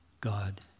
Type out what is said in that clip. God